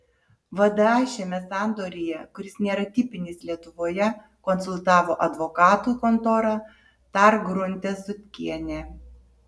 vda šiame sandoryje kuris nėra tipinis lietuvoje konsultavo advokatų kontora tark grunte sutkienė